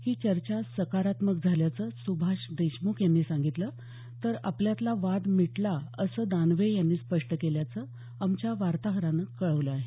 ही चर्चा सकारात्मक झाल्याचं सुभाष देशमुख यांनी सांगितलं तर आपल्यातला वाद मिटला असं दानवे यांनी स्पष्ट केल्याचं आमच्या वार्ताहरानं कळवलं आहे